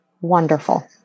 wonderful